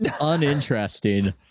uninteresting